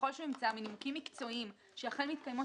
וככל שהוא ימצא מנימוקים מקצועיים שאכן מתקיימות